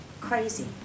crazy